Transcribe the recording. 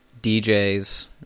DJs